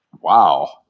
wow